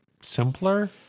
simpler